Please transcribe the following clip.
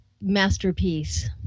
masterpiece